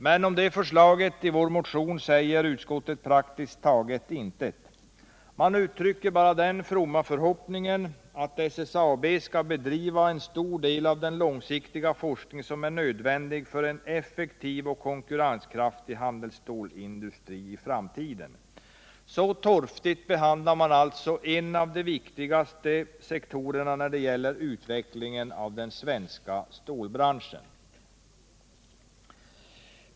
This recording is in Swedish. Men om det förslaget i vår motion säger utskottet praktiskt taget intet. Man uttrycker bara den fromma förhoppningen att SSAB skall ”bedriva en stor del av den långsiktiga forskning som är nödvändig för en effektiv och konkurrenskraftig handelsstålsindustri i framtiden”. Så torftigt behandlar man en av de viktigaste sektorernå när det gäller utvecklingen av den svenska stålbranschen.